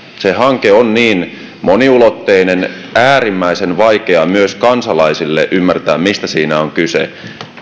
se hanke on moniulotteinen äärimmäisen vaikea myös kansalaisille ymmärtää mistä siinä on kyse